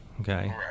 okay